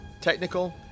Technical